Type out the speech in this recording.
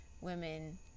women